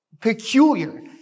peculiar